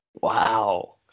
Wow